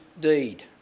deed